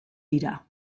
dira